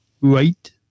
right